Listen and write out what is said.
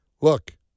look